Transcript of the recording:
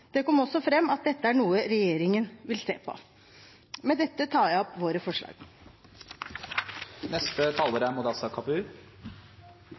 Det kom også fram at dette er noe regjeringen vil se på. Med dette anbefaler jeg